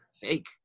Fake